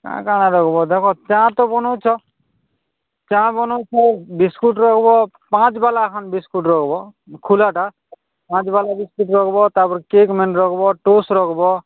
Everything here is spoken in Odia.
ଆଉ କାଣା ରଖ୍ବ ଦେଖ ଚା' ତ ବନଉଛ ଚା' ବନଉଛ ବିସ୍କୁଟ୍ ରଖିବ ପାଞ୍ଚ ବାଲା ବିସ୍କୁଟ୍ ରଖ୍ବ ଖୁଲାଟା ପାଞ୍ଚ ବାଲା ବିସ୍କୁଟ୍ ରଖ୍ବ ତାପରେ କେକମାନେ ରଖ୍ବ ଟୋଷ୍ଟ ରଖ୍ବ